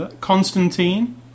Constantine